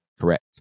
Correct